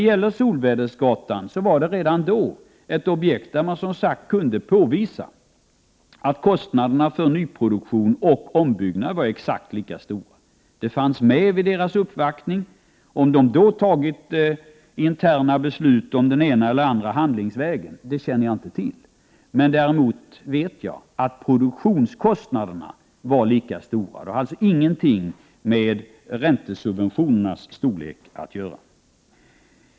Men Solvädersgatan var redan då ett objekt där det kunde påvisas att kostnaderna för nyproduktion och ombyggnad var exakt lika stora. Detta togs upp vid uppvaktningen. Om det då hade fattats interna beslut om den ena eller andra handlingsvägen känner jag inte till. Däremot vet jag att produktionskostnaderna var lika stora. Det har alltså ingenting med räntesubventionernas storlek att göra.